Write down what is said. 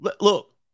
Look